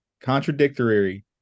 contradictory